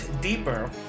deeper